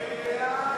דיור ממשלתי,